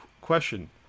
question